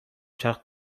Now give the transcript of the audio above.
چرخ